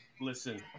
Listen